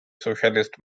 socialist